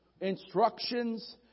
Instructions